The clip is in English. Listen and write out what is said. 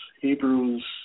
Hebrews